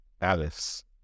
Alice